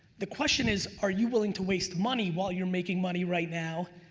the question is are you willing to waste money while you're making money right now,